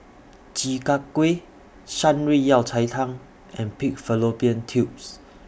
Chi Kak Kuih Shan Rui Yao Cai Tang and Pig Fallopian Tubes